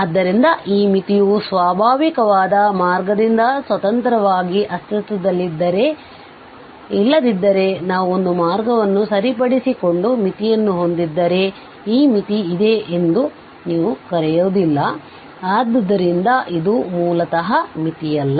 ಆದ್ದರಿಂದ ಈ ಮಿತಿಯು ಸ್ವಾಭಾವಿಕವಾದ ಮಾರ್ಗದಿಂದ ಸ್ವತಂತ್ರವಾಗಿ ಅಸ್ತಿತ್ವದಲ್ಲಿದ್ದರೆ ಇಲ್ಲದಿದ್ದರೆ ನಾವು ಒಂದು ಮಾರ್ಗವನ್ನು ಸರಿಪಡಿಸಿಕೊಂಡು ಮಿತಿಯನ್ನು ಹೊಂದಿದ್ದರೆ ಈ ಮಿತಿ ಇದೆ ಎಂದು ನೀವು ಕರೆಯುವುದಿಲ್ಲ ಆದ್ದರಿಂದ ಇದು ಮೂಲತಃ ಮಿತಿಯಲ್ಲ